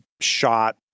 shot